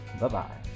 bye-bye